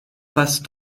passe